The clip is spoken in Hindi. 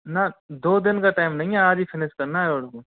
ना दो दिन का टाइम नहीं है आज ही फिनिश करना है रोड को